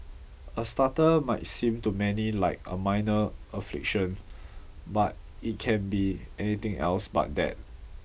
a stutter might seem to many like a minor affliction but it can be anything else but that